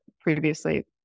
previously